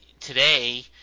Today